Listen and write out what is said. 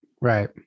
right